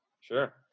Sure